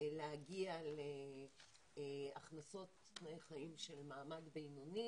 להגיע להכנסות של מעמד בינוני